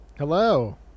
hello